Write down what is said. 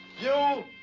you,